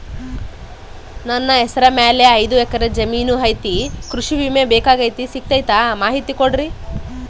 ನನ್ನ ಹೆಸರ ಮ್ಯಾಲೆ ಐದು ಎಕರೆ ಜಮೇನು ಐತಿ ಕೃಷಿ ವಿಮೆ ಬೇಕಾಗೈತಿ ಸಿಗ್ತೈತಾ ಮಾಹಿತಿ ಕೊಡ್ರಿ?